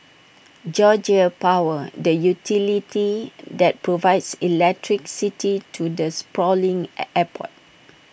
Georgia power the utility that provides electricity to the sprawling airport